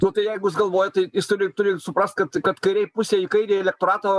nu tai jeigu jis galvoja tai jis turi turi suprast kad kad kairėj pusėj kairė elektorato